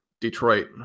Detroit